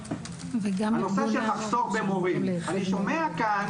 נושא המחסור במורים אני שומע כאן